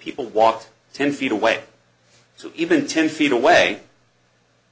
people walked ten feet away so even ten feet away